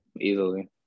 Easily